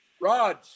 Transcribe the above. Raj